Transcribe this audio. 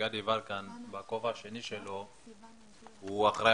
שגדי יברקן בכובע השני שלו הוא אחראי